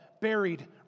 buried